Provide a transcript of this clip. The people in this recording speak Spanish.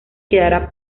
quedará